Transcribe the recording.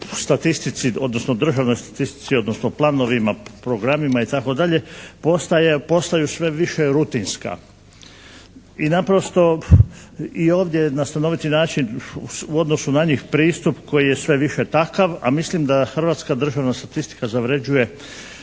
statistici odnosno državnoj statistici odnosno planovima, programima i tako dalje postaju sve više rutinska. I naprosto i ovdje je na stanoviti način u odnosu na njih pristup koji je sve više takav, a mislim da hrvatska državna statistika zavređuje